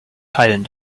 teilen